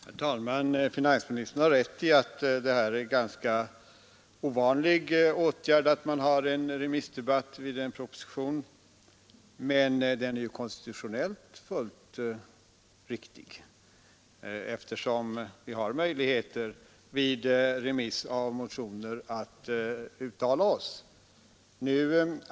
Herr talman! Finansministern har rätt i att det är en ganska ovanlig åtgärd att man tar upp en debatt vid remitterandet av en proposition. Men den är ju konstitutionellt fullt riktigt, eftersom vi har möjligheter att uttala oss vid remiss av propositioner.